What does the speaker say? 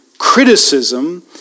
criticism